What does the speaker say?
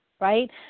right